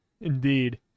Indeed